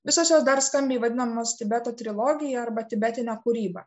visos jos dar skambiai vadinamos tibeto trilogija arba tibetine kūryba